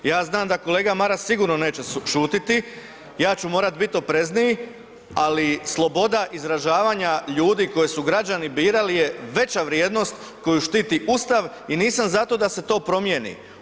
Ja znam da kolega Maras sigurno neće šutjeti, ja ću morati biti oprezniji ali sloboda izražavanja ljudi koje su građani birali je veća vrijednost koju štiti Ustav i nisam za to da se to promijeni.